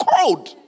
cold